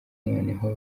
noneho